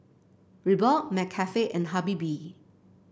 Reebok McCafe and Habibie